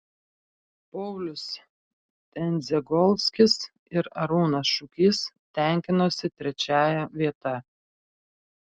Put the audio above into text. paulius tendzegolskis ir arūnas šukys tenkinosi trečiąja vieta